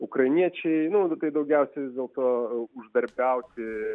ukrainiečiai nu tai daugiausiai vis dėlto uždarbiauti